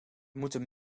moeten